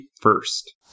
First